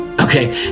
Okay